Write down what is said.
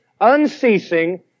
unceasing